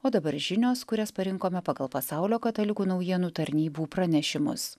o dabar žinios kurias parinkome pagal pasaulio katalikų naujienų tarnybų pranešimus